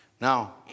Now